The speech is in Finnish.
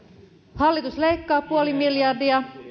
hallitus leikkaa nolla pilkku viisi miljardia